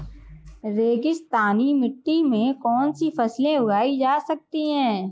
रेगिस्तानी मिट्टी में कौनसी फसलें उगाई जा सकती हैं?